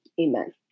Amen